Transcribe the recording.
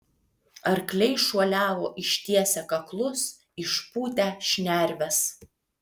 arkliai šuoliavo ištiesę kaklus išpūtę šnerves